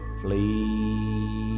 flee